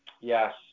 Yes